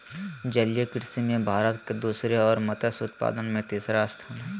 जलीय कृषि में भारत के दूसरा और मत्स्य उत्पादन में तीसरा स्थान हइ